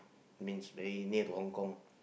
means very near to Hong-Kong